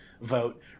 vote